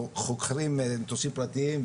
חוכרים מטוסים פרטיים,